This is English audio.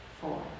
four